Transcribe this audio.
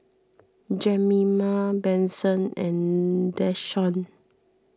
Jemima Benson and Dashawn